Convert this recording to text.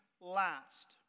last